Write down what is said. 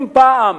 אם פעם